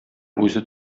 үзе